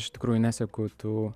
iš tikrųjų neseku tų